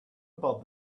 about